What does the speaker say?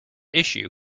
issue